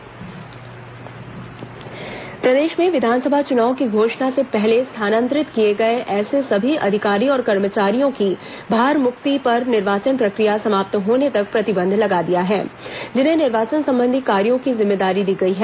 मुख्य सचिव निर्देश प्रदेश में विधानसभा चुनाव की घोषणा से पहले स्थानांतरित किए गए ऐसे सभी अधिकारियों और कर्मचारियों की भार मुक्ति पर निर्वाचन प्रक्रिया समाप्त होने तक प्रतिबंध लगा दिया है जिन्हें निर्वाचन संबंधी कार्यों की जिम्मेदारी दी गई है